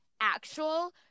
actual